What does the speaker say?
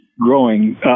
growing